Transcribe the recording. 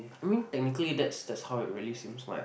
I mean technically that's that how you seems like ah